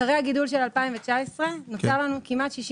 אחרי הגידול של 2019 נוצר לנו כמעט 66